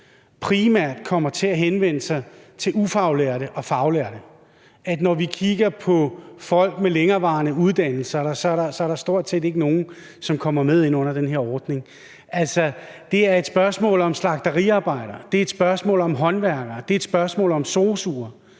primært kommer til at henvende sig til ufaglærte og faglærte – at når vi kigger på folk med længerevarende uddannelser, er der stort set ikke nogen, der kommer med ind under den her ordning? Det er et spørgsmål om slagteriarbejdere, det er et